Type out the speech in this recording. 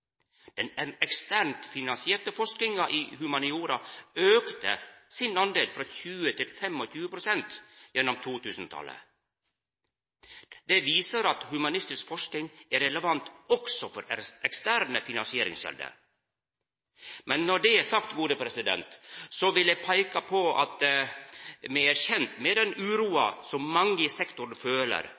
eksternt finansierte forskinga i humaniora auka sin del frå 20 til 25 pst. gjennom 2000-talet. Det viser at humanistisk forsking er relevant også for eksterne finansieringskjelder. Men når det er sagt, vil eg peika på at me er kjende med den uroa som mange i sektoren føler,